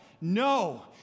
No